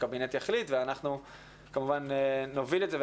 הקבינט יחליט ואנחנו כמובן נוביל את זה,